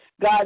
God